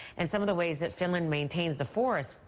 and some of the ways that finland maintains the forest,